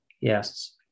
Yes